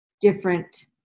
different